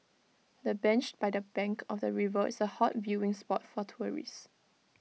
the bench by the bank of the river is A hot viewing spot for tourists